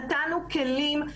נתנו כלים,